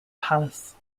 palace